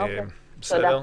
אוקיי, תודה.